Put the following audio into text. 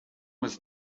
was